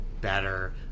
better